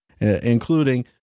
including